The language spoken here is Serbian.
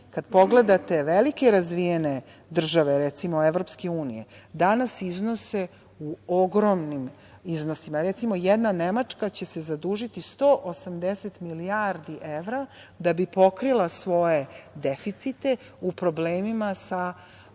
kad pogledate velike razvijene države, recimo EU, danas iznose u ogromnim iznosima. Recimo, jedna Nemačka će se zadužiti 180 milijardi evra da bi pokrila svoje deficite u problemi sa